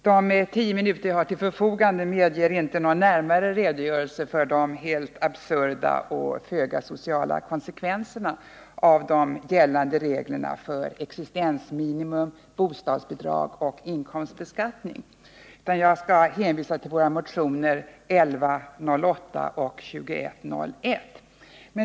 De tio minuter jag har till mitt förfogande medger inte någon närmare redogörelse för de helt absurda och föga sociala konsekvenserna av de gällande reglerna för existensminimum, bostadsbidrag och inkomstbeskattning. Jag hänvisar därför till våra motioner nr 1108 och 2101.